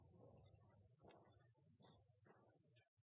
at man